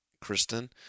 Kristen